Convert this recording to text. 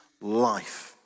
life